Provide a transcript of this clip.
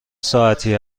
ساعتی